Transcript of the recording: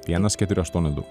vienas keturi aštuoni du